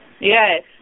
Yes